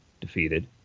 defeated